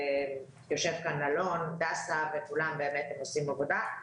יושב כאן אלון דסה וכולם, ובאמת הם עושים עבודה.